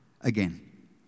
again